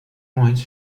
joins